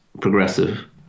progressive